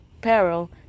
peril